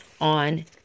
on